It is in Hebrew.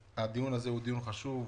הדיון הזה הוא דיון חשוב.